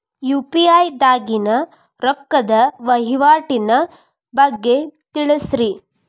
UPI ದಾಗಿನ ರೊಕ್ಕದ ವಹಿವಾಟಿನ ಬಗ್ಗೆ ತಿಳಸ್ರಿ